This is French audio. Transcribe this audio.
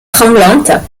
tremblantes